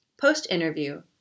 Post-interview